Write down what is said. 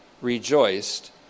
rejoiced